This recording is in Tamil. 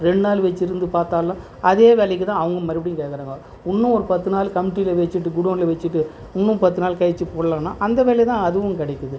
ரெண்டு நாள் வச்சிருந்து பார்த்தாலும் அதே வெலைக்கு தான் அவங்களும் மறுபடியும் கேட்குறாங்கோ இன்னும் ஒரு பத்து நாள் கமிட்டியில் வச்சிட்டு குடோனில் வச்சுட்டு இன்னும் பத்து நாள் கழித்து போடலாம்னா அந்த வெலைய தான் அதுவும் கிடைக்கிது